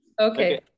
Okay